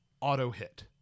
auto-hit